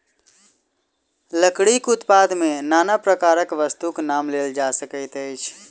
लकड़ीक उत्पाद मे नाना प्रकारक वस्तुक नाम लेल जा सकैत अछि